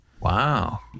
Wow